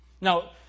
Now